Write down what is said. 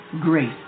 grace